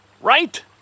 Right